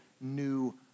new